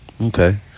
Okay